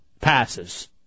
passes